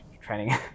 training